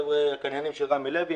קניינים של רמי לוי,